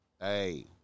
Hey